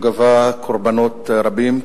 הוא גבה קורבנות רבים,